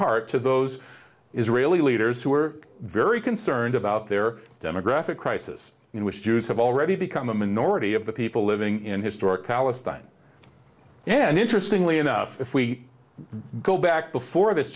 part to those israeli leaders who are very concerned about their demographic crisis in which jews have already become a minority of the people living in historic palestine and interestingly enough if we go back before this